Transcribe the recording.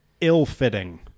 Ill-fitting